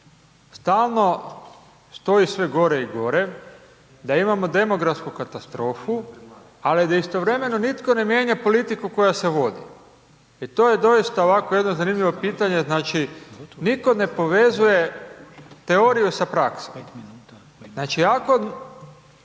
stalno stoji sve gore i gore, da imao demografsku katastrofu, ali da istovremeno nitko ne mijenja politiku koja se vodi. I to je doista ovako jedno zanimljivo pitanje, znači nitko ne povezuje teoriju sa praksom. Znači, ako